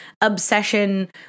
obsession